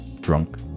drunk